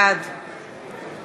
בעד